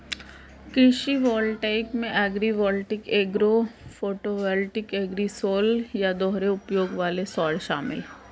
कृषि वोल्टेइक में agrivoltaic agro photovoltaic agrisol या दोहरे उपयोग वाले सौर शामिल है